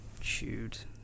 Shoot